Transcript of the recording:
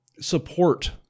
support